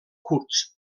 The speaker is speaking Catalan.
curts